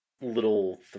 little